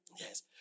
Yes